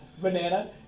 Banana